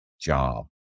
job